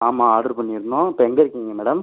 ஆமாம் ஆடர் பண்ணியிருந்தோம் இப்போ எங்கே இருக்கீங்கள் மேடம்